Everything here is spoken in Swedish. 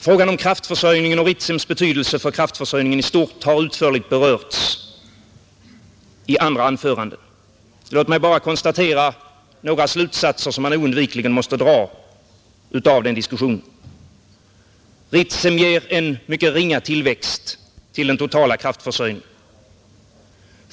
Frågan om kraftförsörjningen och Ritsems betydelse för kraftförsörjningen i stort har utförligt behandlats i andra anföranden. Låt mig bara framhålla några slutsatser som man oundvikligen måste dra av den diskussionen. Ritsem ger en mycket ringa tillväxt till den totala kraftförsörjningen.